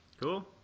Cool